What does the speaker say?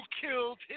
killed